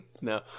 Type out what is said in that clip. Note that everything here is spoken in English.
No